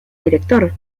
director